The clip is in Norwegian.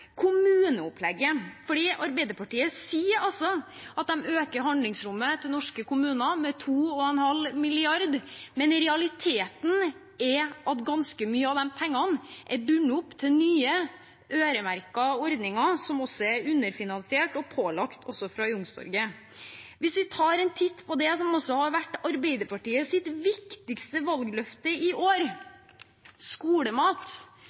kommuneopplegget. Arbeiderpartiet sier altså at de øker handlingsrommet til norske kommuner med 2,5 mrd. kr, men realiteten er at ganske mye av disse pengene er bundet opp til nye, øremerkede ordninger, som også er underfinansiert og pålagt fra Youngstorget. Hvis vi tar en titt på det som har vært Arbeiderpartiets viktigste valgløfte i år – skolemat